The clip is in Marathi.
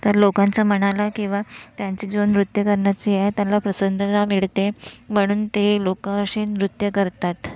तर लोकांच्या मनाला किंवा त्यांचं जे नृत्य करण्याची हे आहे त्यांना प्रसन्नता मिळते म्हणून ते लोकं असे नृत्य करतात